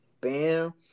Bam